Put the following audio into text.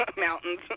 mountains